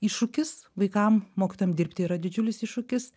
iššūkis vaikam mokytojam dirbti yra didžiulis iššūkis